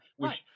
Right